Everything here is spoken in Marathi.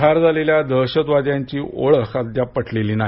ठार झालेल्या दहशतवाद्यांची ओळख अद्याप पटलेली नाही